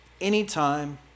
anytime